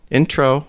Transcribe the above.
intro